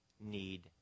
need